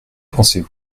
pensez